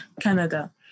Canada